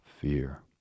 fear